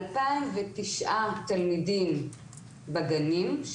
אלפיים ותשעה תלמידים בגנים,